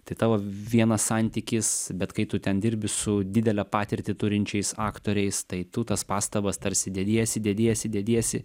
tai tavo vienas santykis bet kai tu ten dirbi su didelę patirtį turinčiais aktoriais tai tu tas pastabas tarsi dediesi dediesi dediesi